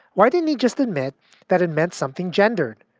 why didn't he just admit that it meant something gendered?